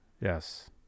Yes